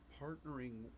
partnering